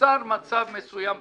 נוצר מצב מסוים במדינה,